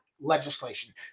legislation